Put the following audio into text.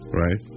right